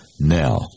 now